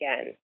again